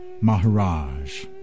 Maharaj